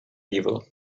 evil